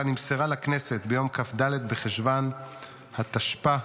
נמסרה לכנסת ביום כ"ד בחשוון התשפ"ה,